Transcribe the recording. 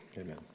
Amen